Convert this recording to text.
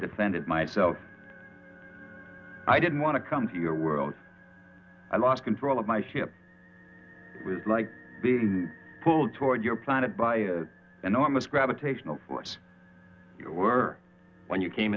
defended myself i didn't want to come to your world i lost control of my ship like being pulled toward your planet by enormous gravitational force when you came